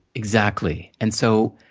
exactly. and so,